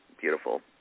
Beautiful